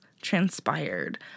transpired